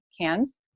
cans